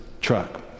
truck